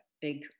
big